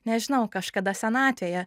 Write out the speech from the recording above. nežinau kažkada senatvėje